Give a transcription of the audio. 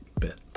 bit